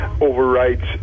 overrides